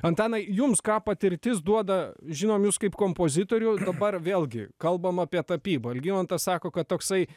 antanai jums ką patirtis duoda žinom jūs kaip kompozitorių dabar vėlgi kalbam apie tapybą algimantas sako kad toksai